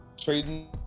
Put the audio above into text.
trading